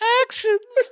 actions